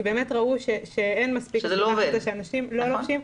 כי באמת ראו שאנשים לא עוטים מסכות.